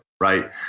Right